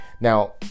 Now